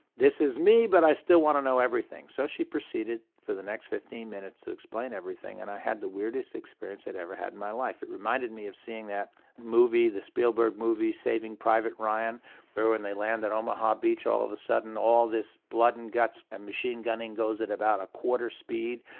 this is me, but i still want to know everything. so she proceeded for the next fifteen minutes to explain everything and i had the weirdest experience i'd ever had in my life. it reminded me of seeing that movie, the spielberg movie, saving private ryan where when they land at omaha beach all of a sudden all this blood and guts and machine-gunning goes at about a quarter speed,